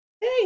Hey